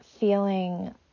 feeling